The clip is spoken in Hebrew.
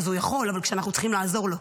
אז הוא יכול, אבל אנחנו צריכים לעזור לו.